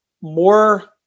more